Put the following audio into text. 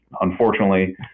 Unfortunately